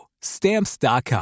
stamps.com